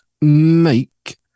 make